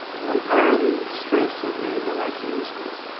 what are the strengths of the novi community schools?